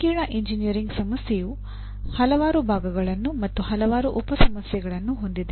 ಸಂಕೀರ್ಣ ಎಂಜಿನಿಯರಿಂಗ್ ಸಮಸ್ಯೆಯು ಹಲವಾರು ಭಾಗಗಳನ್ನು ಮತ್ತು ಹಲವಾರು ಉಪ ಸಮಸ್ಯೆಗಳನ್ನು ಹೊಂದಿದೆ